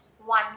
one